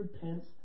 pence